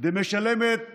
דמשלמת